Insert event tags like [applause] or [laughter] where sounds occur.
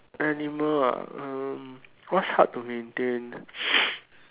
animal ah uh what's hard to maintain [noise]